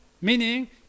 Meaning